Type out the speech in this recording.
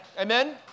Amen